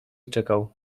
czekał